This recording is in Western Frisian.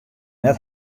net